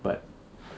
but